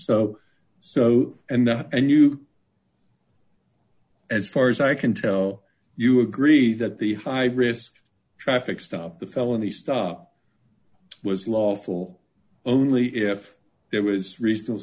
so so and and you as far as i can tell you agree that the high risk traffic stop the felony stop was lawful only if there was re